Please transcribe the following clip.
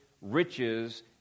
riches